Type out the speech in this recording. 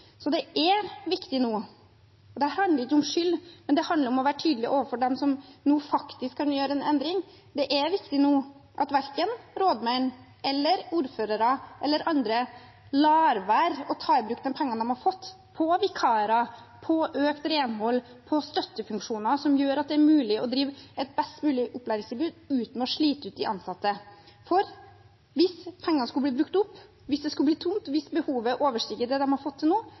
Så det er viktig nå – og det handler ikke om skyld, men det handler om å være tydelig overfor dem som nå faktisk kan gjøre en endring – at verken rådmenn, ordførere eller andre lar være å ta i bruk de pengene de har fått, på vikarer, på økt renhold, på støttefunksjoner som gjør at det er mulig å drive et best mulig opplæringstilbud uten å slite ut de ansatte. For hvis pengene skulle bli brukt opp, hvis det skulle bli tomt, og hvis behovet overstiger det de har fått til nå,